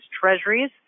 treasuries